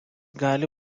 gali